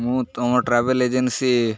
ମୁଁ ତୁମ travel agency